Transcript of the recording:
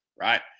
right